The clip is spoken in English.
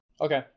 Okay